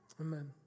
amen